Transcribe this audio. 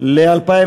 נתקבל.